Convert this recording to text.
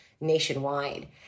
nationwide